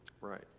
Right